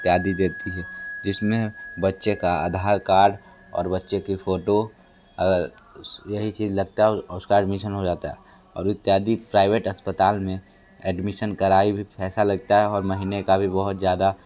इत्यादि देती है जिसमें बच्चे का आधार कार्ड और बच्चे की फ़ोटो यही चीज़ लगता है और उसका अडमीसन हो जाता है और इत्यादि प्राइवेट अस्पताल में एडमीसन कराई भी पैसा लगता है और महीने का भी बहुत ज़्यादा